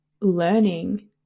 learning